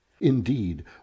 indeed